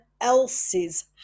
else's